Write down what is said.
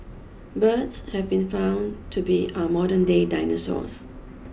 birds have been found to be our modernday dinosaurs